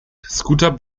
scooter